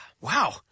Wow